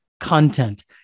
content